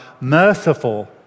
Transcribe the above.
merciful